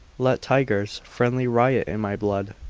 let tigers friendly riot in my blood.